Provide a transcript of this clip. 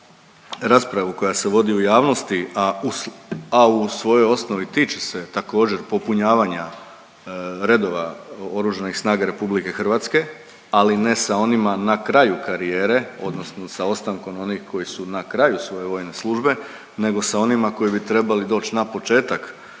u svojoj osnovi tiče se također popunjavanja redova oružanih snaga RH, ali ne sa onima na kraju karijere odnosno sa ostankom onih koji su na kraju svoje vojne službe nego sa onima koji bi trebali doć na početak